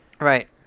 Right